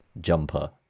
Jumper